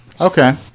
Okay